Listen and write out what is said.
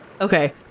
okay